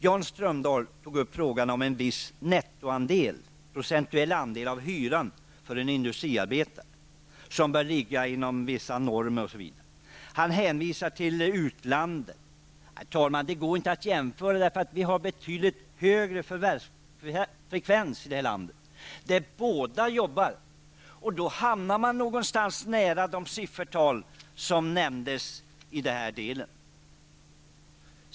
Jan Strömdahl tog upp frågan om en viss nettoandel, dvs. att den procentuella andelen av en industriarbetares inkomster som går till hyran bör ligga inom vissa gränser osv., och han hänvisar till utlandet. Detta går inte att jämföra, eftersom vi i det här landet har en betydligt högre förvärvsfrekvens. När båda makarna arbetar hamnar man någonstans nära de tal som nämndes i denna del.